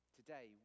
Today